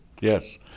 Yes